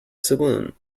saloon